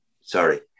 Sorry